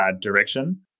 direction